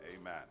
amen